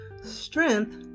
strength